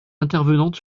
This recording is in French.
intervenante